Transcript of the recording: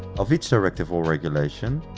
of each directive or regulation,